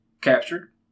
captured